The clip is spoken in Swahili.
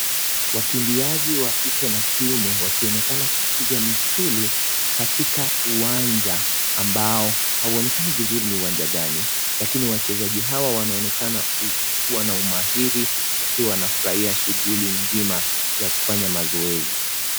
Wakimbiaji wakike na kiume wakionekana kupiga misuli katika uwanja ambao hauonekani vizuli ni uwanja gani, lakini wachezaji hawa wanaonekana kuwa na umahiri, wakiwa na furaha ya shuguli nzima ya kufanya mazoezi.